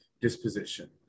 disposition